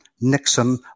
Nixon